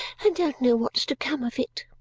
and don't know what's to come of it.